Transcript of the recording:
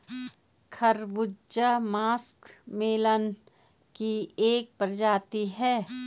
खरबूजा मस्कमेलन की एक प्रजाति है